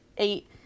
Eight